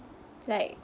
like